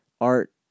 art